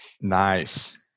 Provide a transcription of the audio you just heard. Nice